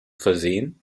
versehen